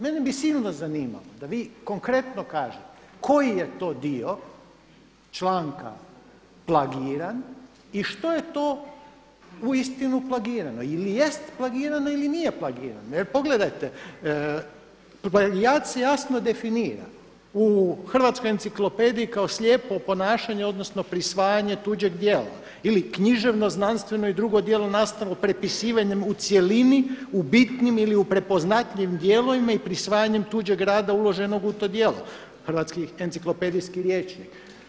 Mene bi silno zanimalo da vi konkretno kažete koji je to dio članka plagiran i što je to uistinu plagirano, ili jest plagirano ili nije plagirano jer pogledajte plagijat se jasno definira u hrvatskoj enciklopediji kao slijepo oponašanje odnosno prisvajanje tuđeg djela ili književno, znanstveno i drugo djelo nastalo prepisivanjem u cjelini u bitnim ili u prepoznatljivim dijelovima i prisvajanjem tuđeg rada uloženog u to djelo Hrvatski enciklopedijski rječnik.